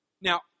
Now